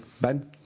Ben